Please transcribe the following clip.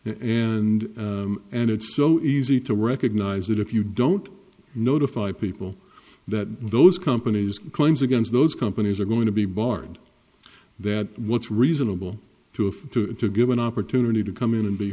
and and it's so easy to recognize that if you don't notify people that those companies claims against those companies are going to be barred that what's reasonable to a given opportunity to come in and be